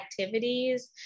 activities